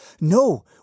No